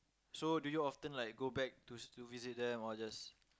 so do you often like go back to to visit them or or just